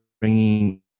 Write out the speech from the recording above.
bringing